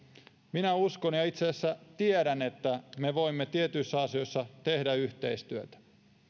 minä uskon ja itse asiassa tiedän että me voimme tietyissä asioissa tehdä yhteistyötä